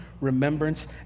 remembrance